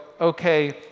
okay